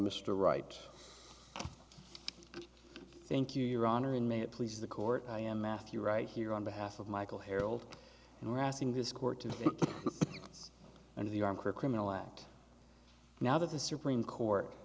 mr right thank you your honor in may it please the court i am matthew right here on behalf of michael harold and we're asking this court to you and the our criminal act now that the supreme court